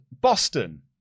boston